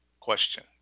Question